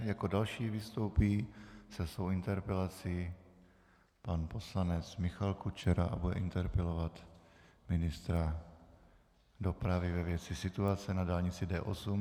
Jako další vystoupí se svou interpelací pan poslanec Michal Kučera a bude interpelovat ministra dopravy ve věci situace na dálnici D8.